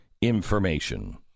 information